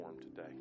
today